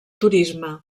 turisme